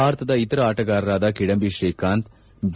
ಭಾರತದ ಇತರ ಆಟಗಾರರಾದ ಕಿಡಂಬಿ ತ್ರೀಕಾಂತ್ ಬಿ